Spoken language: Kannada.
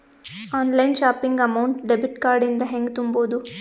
Online shopping amount debit card ಇಂದ ಹೆಂಗ್ ತುಂಬೊದು?